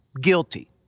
guilty